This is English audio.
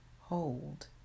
Hold